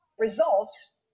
results